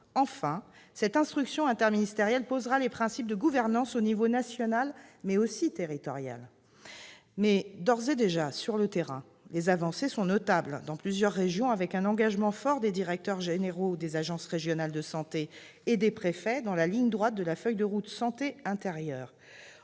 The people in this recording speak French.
Enfin, cette instruction interministérielle posera les principes de gouvernance à l'échelon national comme territorial. Mais, sur le terrain, les avancées sont d'ores et déjà notables dans plusieurs régions, avec un engagement fort des directeurs généraux des agences régionales de santé et des préfets, dans la droite ligne de la feuille de route santé-intérieur.